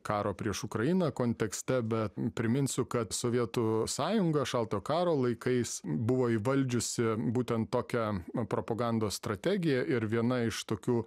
karo prieš ukrainą kontekste bet priminsiu kad sovietų sąjunga šaltojo karo laikais buvo įvaldžiusi būtent tokią propagandos strategiją ir viena iš tokių